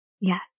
Yes